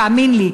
תאמין לי,